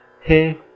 Hey